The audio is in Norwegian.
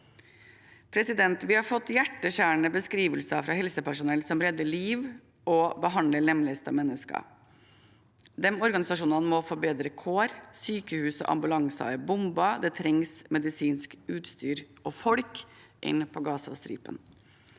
folk. Vi har fått hjerteskjærende beskrivelser fra helsepersonell som redder liv og behandler lemlestede mennesker. Disse organisasjonene må få bedre kår. Sykehus og ambulanser er bombet, det trengs medisinsk utstyr og folk inn på Gazastripen.